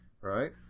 Right